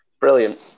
Brilliant